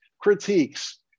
critiques